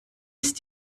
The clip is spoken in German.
ist